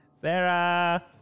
Sarah